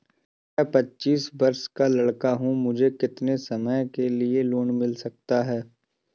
मैं पच्चीस वर्ष का लड़का हूँ मुझे कितनी समय के लिए लोन मिल सकता है?